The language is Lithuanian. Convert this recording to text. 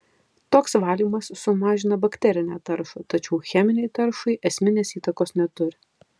toks valymas sumažina bakterinę taršą tačiau cheminei taršai esminės įtakos neturi